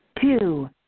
Two